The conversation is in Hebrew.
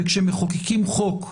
וכשמחוקקים חוק,